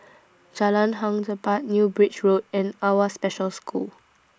Jalan Hang Jebat New Bridge Road and AWWA Special School